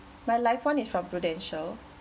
my life one is from Prudential